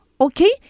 okay